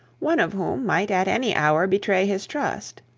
one of whom might at any hour betray his trust.